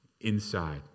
Inside